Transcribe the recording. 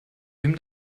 wem